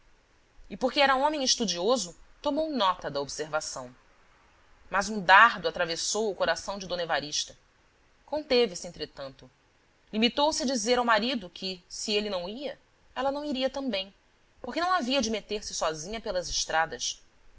e porque era homem estudioso tomou nota da observação mas um dardo atravessou o coração de d evarista conteve-se entretanto limitou-se a dizer ao marido que se ele não ia ela não iria também porque não havia de meter-se sozinha pelas estradas